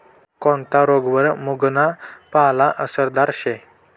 कोनता रोगवर मुंगना पाला आसरदार शे